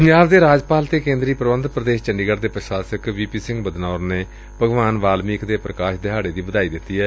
ਪੰਜਾਬ ਦੇ ਰਾਜਪਾਲ ਅਤੇ ਕੇਂਦਰੀ ਪ੍ਰੰਬਟਤ ਪ੍ਰਦੇਸ਼ ਚੰਡੀਗੜ ਦੇ ਪ੍ਰਸ਼ਾਸਕ ਵੀ ਪੀ ਸਿੰਘ ਬਦਨੌਰ ਨੇ ਭਗਵਾਨ ਵਾਲਮੀਕ ਦੇ ਪੁਕਾਸ਼ ਦਿਹਾੜੇ ਦੀ ਵਧਾਈ ਦਿੱਤੀ ਏ